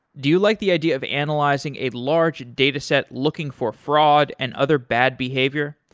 do you like the idea of analyzing a large data set looking for fraud and other bad behavior?